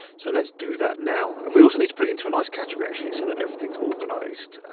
so let's do that now, and we also need to put it into a nice category actually so that everything's organised